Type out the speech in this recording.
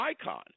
icon